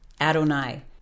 Adonai